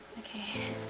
okay.